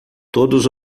todos